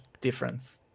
difference